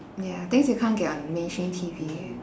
ya things you can't get on mainstream T_V